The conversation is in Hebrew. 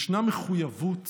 ישנה מחויבות